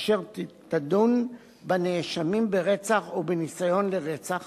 אשר תדון בנאשמים ברצח ובניסיון לרצח